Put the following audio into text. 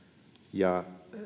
ja